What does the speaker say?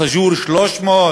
סאג'ור, 300,